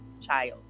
child